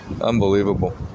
unbelievable